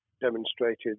demonstrated